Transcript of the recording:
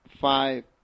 five